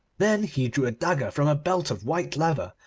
then he drew a dagger from a belt of white leather,